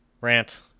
Rant